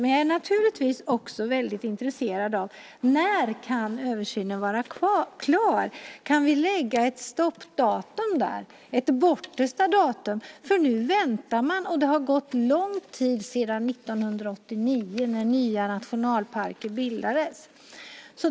Men jag är naturligtvis väldigt intresserad av att veta när översynen kan vara klar. Kan vi lägga ett stoppdatum där, ett bortersta datum? Nu väntar man nämligen, och det har gått lång tid sedan 1989 när nya nationalparker bildades.